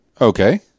Okay